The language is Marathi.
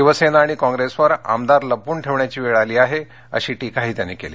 शिवसेना आणि काँग्रेसवर आमदार लपवून ठेवण्याची वेळ आली आहे अशी टीकाही त्यांनी केली